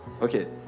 Okay